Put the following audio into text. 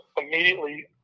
immediately